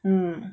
mm